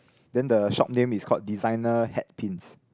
then the shop name is called designer hat pins